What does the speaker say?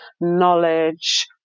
knowledge